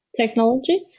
technology